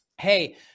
hey